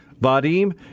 Vadim